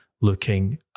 looking